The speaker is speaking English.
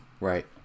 right